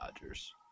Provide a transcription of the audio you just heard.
Dodgers